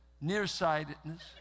nearsightedness